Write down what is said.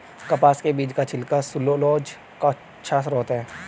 कपास के बीज का छिलका सैलूलोज का अच्छा स्रोत है